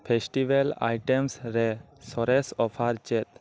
festival item ᱨᱮ ᱥᱚᱨᱮᱥ offer ᱪᱮᱫ